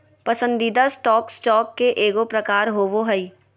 पसंदीदा stock, stock के एगो प्रकार होबो हइ